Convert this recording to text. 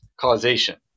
causation